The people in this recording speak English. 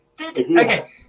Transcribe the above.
Okay